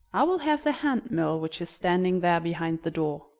i will have the hand-mill which is standing there behind the door.